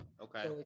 Okay